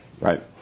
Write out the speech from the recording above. Right